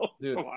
dude